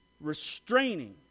restraining